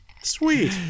sweet